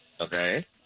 Okay